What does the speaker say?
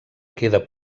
queda